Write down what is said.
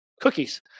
cookies